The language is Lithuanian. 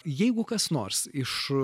jeigu kas nors iš